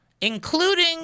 including